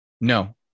No